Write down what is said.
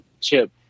chip